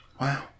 Wow